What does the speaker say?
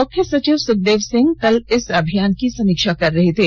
मुख्य सचिव सुखदेव सिंह कल इस अभियान की समीक्षा कर रहे थे